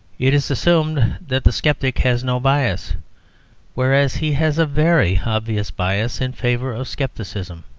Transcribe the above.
it is assumed that the sceptic has no bias whereas he has a very obvious bias in favour of scepticism.